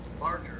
larger